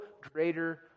greater